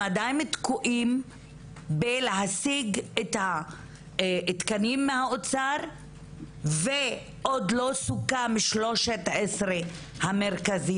עדיין תקועים בלהשיג את התקנים מהאוצר ועוד לא סוכם על 13 המרכזים.